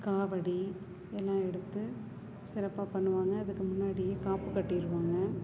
காவடி எல்லாம் எடுத்து சிறப்பாக பண்ணுவாங்க அதுக்கு முன்னாடியே காப்பு கட்டிடுவாங்க